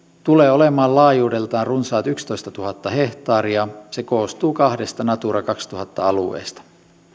tulee olemaan laajuudeltaan runsaat yksitoistatuhatta hehtaaria se koostuu kahdesta natura kaksituhatta alueesta